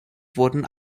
wurden